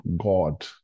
God